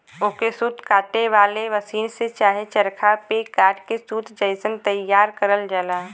ओके सूत काते वाले मसीन से चाहे चरखा पे कात के सूत जइसन तइयार करल जाला